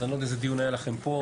אז אני לא יודע איזה דיון היה לכם פה.